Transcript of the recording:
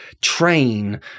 train